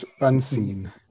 unseen